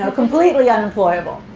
ah completely unemployable.